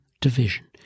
Division